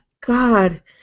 God